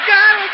God